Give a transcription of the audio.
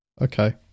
Okay